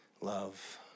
love